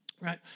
Right